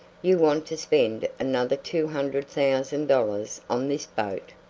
you want to spend another two hundred thousand dollars on this boat?